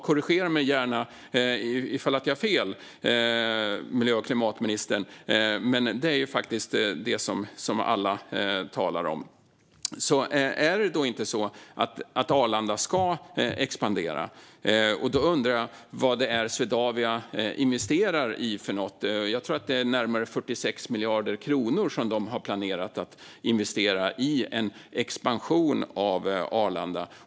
Korrigera mig gärna om jag har fel, miljö och klimatministern, men det är faktiskt det som alla talar om. Om det alltså inte är så att Arlanda ska expandera undrar jag vad det är Swedavia investerar i. Jag tror att det är närmare 46 miljarder kronor som de har planerat att investera i en expansion av Arlanda.